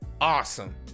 awesome